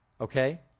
Okay